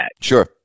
Sure